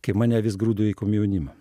kai mane vis grūdo į komjaunimą